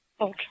Okay